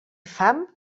fam